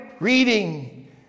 Reading